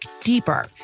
deeper